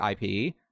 IP